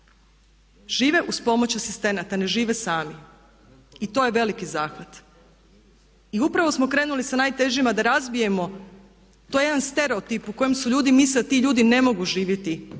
Žive uz pomoć asistenata, ne žive sami. I to je veliki zahvat. I upravo smo krenuli sa najtežima da razbijemo taj jedan stereotip u kojem su ljudi mislili da ti ljudi ne mogu živjeti